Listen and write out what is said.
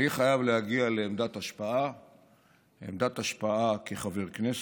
אני חייב להגיע לעמדת השפעה כחבר כנסת.